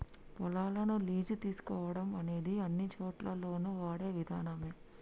పొలాలను లీజు తీసుకోవడం అనేది అన్నిచోటుల్లోను వాడే విధానమే